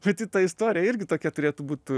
pati ta istorija irgi tokia turėtų būt